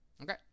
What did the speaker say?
Okay